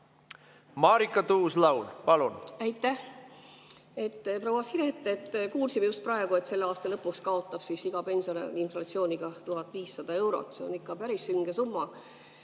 Marika Tuus-Laul, palun! Aitäh! Proua Siret! Kuulsime just praegu, et selle aasta lõpuks kaotab iga pensionär inflatsiooni tõttu 1500 eurot. See on ikka päris sünge summa.